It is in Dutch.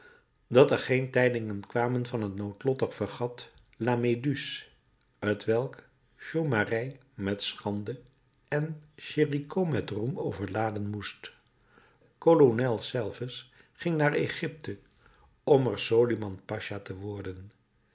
dat er geen tijdingen kwamen van het noodlottig fregat la méduse t welk chaumareix met schande en géricault met roem overladen moest kolonel selves ging naar egypte om er soliman pacha te worden